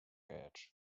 edge